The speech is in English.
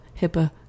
HIPAA